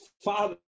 father